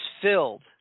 filled